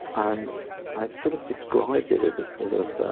and i've sort of described it as a. sort of